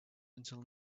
until